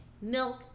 Milk